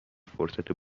فرصت